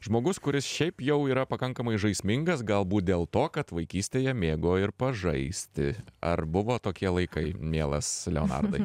žmogus kuris šiaip jau yra pakankamai žaismingas galbūt dėl to kad vaikystėje mėgo ir pažaisti ar buvo tokie laikai mielas leonardai